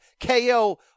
KO